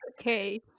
Okay